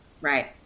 Right